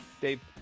Dave